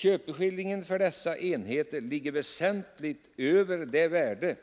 Köpeskillingen för dessa enheter ligger väsentligt över det värde